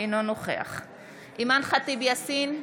אינו נוכח אימאן ח'טיב יאסין,